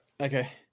Okay